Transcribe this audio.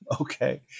okay